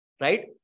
right